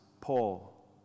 Paul